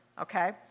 okay